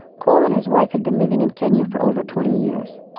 cole and his wife had been living in kenya for over twenty years.